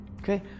Okay